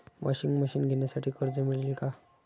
Washing machine घेण्यासाठी कर्ज मिळेल का?